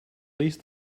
least